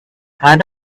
had